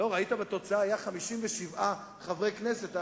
ראית בתוצאה, היו 57 חברי כנסת.